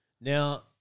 Now